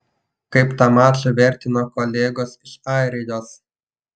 kaip tą mačą vertino kolegos iš airijos